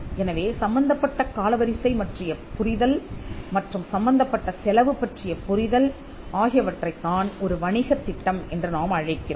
எனவே சம்பந்தப்பட்ட காலவரிசை பற்றிய புரிதல் மற்றும் சம்பந்தப்பட்ட செலவு பற்றிய புரிதல் ஆகியவற்றைத் தான் ஒரு வணிக திட்டம் என்று நாம் அழைக்கிறோம்